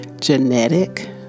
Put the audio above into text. Genetic